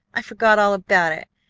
i forgot all about it.